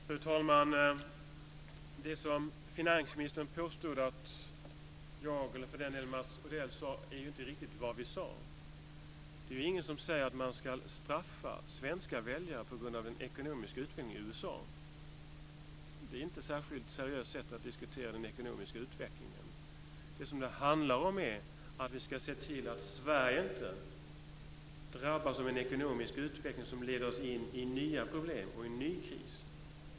Fru talman! Det som finansministern påstod att jag eller för den delen Mats Odell sade, är inte riktigt vad vi sade. Det är ingen som säger att man ska straffa svenska väljare på grund av den ekonomiska utvecklingen i USA. Det är inte ett särskilt seriöst sätt att diskutera den ekonomiska utvecklingen. Vad det handlar om är att vi ska se till att Sverige inte drabbas av en ekonomisk utveckling som leder oss in i nya problem och in i en ny kris.